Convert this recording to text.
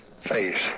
face